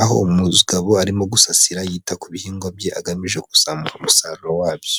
aho umugabo arimo gusasira yita ku bihingwa bye, agamije kuzamura umusaruro wabyo.